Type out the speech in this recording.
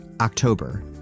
October